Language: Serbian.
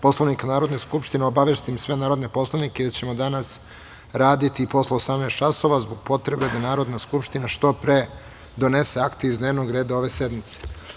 Poslovnika Narodne skupštine obavestim sve narodne poslanike da ćemo danas raditi i posle 18,00 časova, zbog potrebe da Narodna skupština što pre donese akte iz dnevnog reda ove sednice.